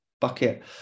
bucket